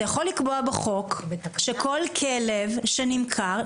אתה יכול לקבוע בחוק שכל כלב שנמכר,